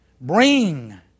Bring